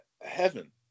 heaven